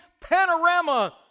panorama